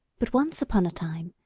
but once upon a time,